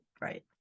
Right